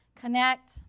connect